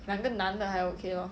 两个男的还 okay lor